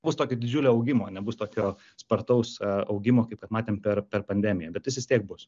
bus tokio didžiulio augimo nebus tokio spartaus augimo kaip kad matėm per per pandemiją bet jis vis tiek bus